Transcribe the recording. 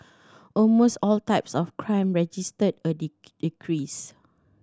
almost all types of crime registered a decrease